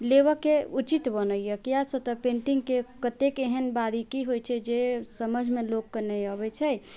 लेबऽके उचित बनैया किआ से तऽ पेंटिङ्गके कतेक एहन बारीकी होइत छै जे समझमे लोककेँ नहि अबैत छै